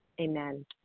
Amen